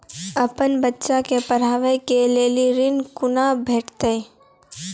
अपन बच्चा के पढाबै के लेल ऋण कुना भेंटते?